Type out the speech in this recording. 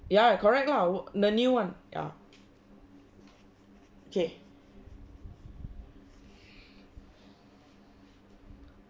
ya correct lah my new one ya okay